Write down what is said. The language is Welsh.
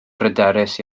bryderus